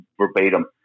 verbatim